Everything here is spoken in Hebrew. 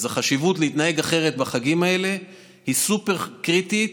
החשיבות להתנהג אחרת בחגים האלה היא סופר-קריטית